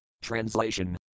Translation